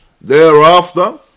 Thereafter